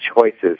choices